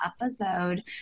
episode